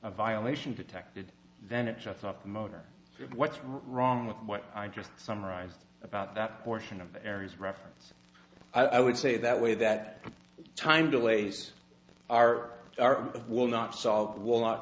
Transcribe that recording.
a violation detected then it shuts off the motor for what's wrong with what i just summarized about that portion of the areas reference i would say that way that time delays are of will not solve will